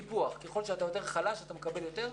ככל שאתה יותר חלש, אתה מקבל יותר.